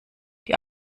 die